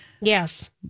Yes